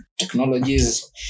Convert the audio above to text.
technologies